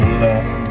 love